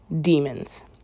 Demons